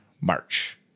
March